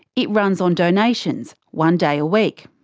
it runs on donations, one day a week.